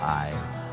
eyes